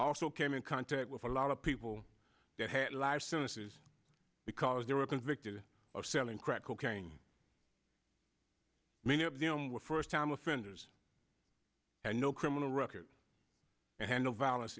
also came in contact with a lot of people that had lives souness's because they were convicted of selling crack cocaine many of them were first time offenders and no criminal record and of violence